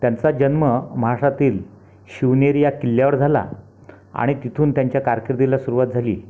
त्यांचा जन्म महाराष्ट्रातील शिवनेरी ह्या किल्ल्यावर झाला आणि तिथून त्यांच्या कारकीर्दीला सुरवात झाली